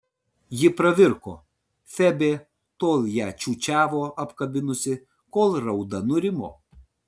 ji pravirko febė tol ją čiūčiavo apkabinusi kol rauda nurimo